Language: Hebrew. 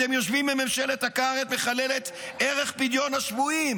אתם יושבים בממשלת הכרת שמחללת את ערך פדיון השבויים.